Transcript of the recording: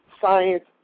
science